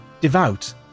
devout